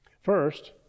First